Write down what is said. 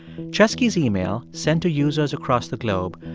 chesky's email, sent to users across the globe,